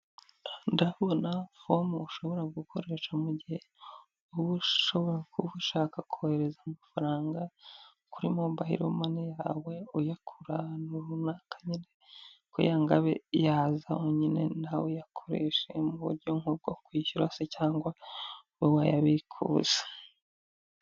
Ndabona fomu ushobora gukoresha mu gihe uba ushobora kuba ushaka kohereza amafaranga kuri mobayilo mani yawe uyakura ahantu runaka nyine, kugira ngo abe yazaho nyine nawe uyakoreshe mu buryo nk'ubwo kwishyura se cyangwa ube wayabikuza.